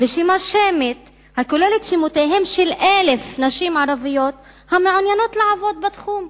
רשימה שמית שבה שמותיהן של 1,000 נשים ערביות המעוניינות לעבוד בתחום,